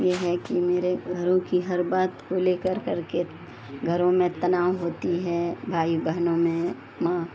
یہ ہے کہ میرے گھروں کی ہر بات کو لے کر کر کے گھروں میں تناؤ ہوتی ہے بھائی بہنوں میں ماں